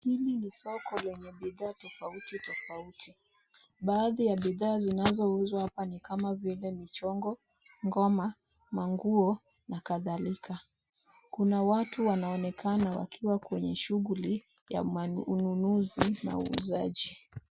Hili ni soko lenye bidhaa tofauti tofauti. Baadhi ya bidhaa zinazouzwa hapa ni kama vile michongo, ngoma, manguo na kadhalika. Kuna watu wanaonekana wakiwa kwenye shughuli ya ununuzi na uuzaji.